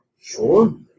Sure